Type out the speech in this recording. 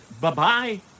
bye-bye